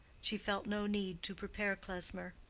she felt no need to prepare klesmer.